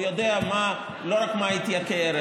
הוא יודע לא רק מה התייקר,